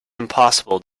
impossible